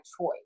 choice